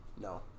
No